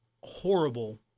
horrible